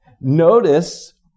Notice